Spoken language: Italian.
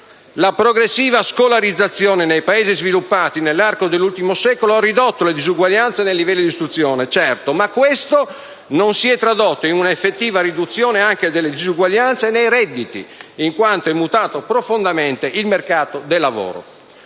La progressiva scolarizzazione nei Paesi sviluppati nell'arco dell'ultimo secolo ha ridotto le disuguaglianze nei livelli di istruzione, certo, ma questo non si è tradotto in un'effettiva riduzione anche delle disuguaglianze nei redditi, in quanto è mutato profondamente il mercato del lavoro.